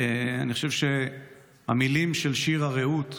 אני חושב שהמילים של שיר הרעות,